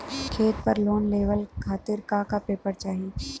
खेत पर लोन लेवल खातिर का का पेपर चाही?